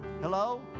Hello